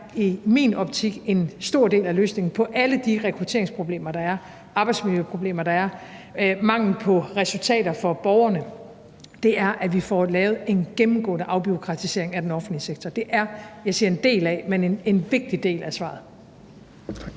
Derfor er en stor del af løsningen i min optik på alle de rekrutteringsproblemer, arbejdsmiljøproblemer, der er, mangel på resultater for borgerne, at vi får lavet en gennemgående afbureaukratisering af den offentlige sektor. Det er ikke hele svaret, men det er en vigtig del af svaret.